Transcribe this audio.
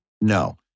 No